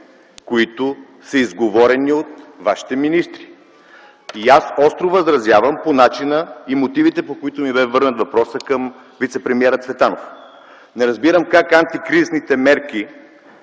които са изговорени от вашите министри. Аз остро възразявам по начина и мотивите, по които ми бе върнат въпросът към вицепремиера Цветанов. Не разбирам как приемате антикризисните мерки